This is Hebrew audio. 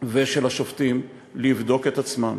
ושל השופטים, לבדוק את עצמם